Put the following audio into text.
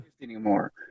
anymore